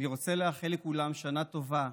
אני רוצה לאחל לכולם שנה טובה,